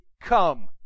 Come